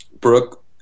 Brooke